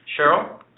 Cheryl